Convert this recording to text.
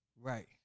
Right